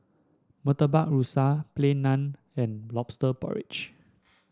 Murtabak Rusa Plain Naan and lobster porridge